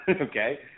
Okay